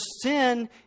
sin